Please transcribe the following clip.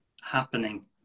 happening